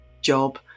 job